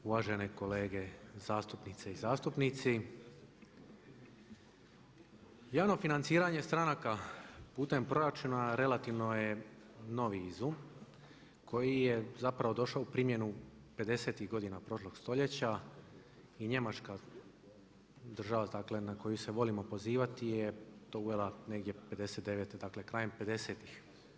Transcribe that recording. Uvažene kolege zastupnice i zastupnici, javno financiranje stranaka putem proračuna relativno je novi izum koji je zapravo došao u primjenu 50.tih godina prošlog stoljeća i Njemačka država dakle na koju se volimo pozivati je to uvela 59., dakle krajem 50.tih.